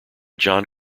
john